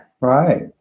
Right